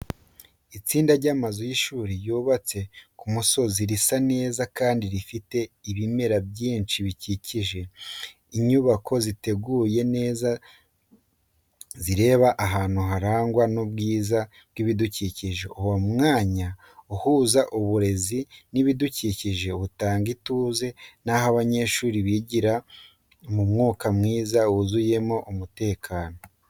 Itsinda ry’amazu y’ishuri ryubatse ku musozi risa neza kandi rifite ibimera byinshi birikikije. Inyubako ziteguye neza zireba ahantu harangwa n’ubwiza bw’ibidukikije. Uwo mwanya uhuza uburezi n’ibidukikije, utanga ituze n’aho abanyeshuri bigira mu mwuka mwiza wuzuyemo umutekano.